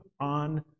on